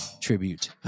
tribute